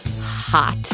hot